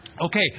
Okay